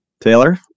Taylor